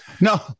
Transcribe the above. No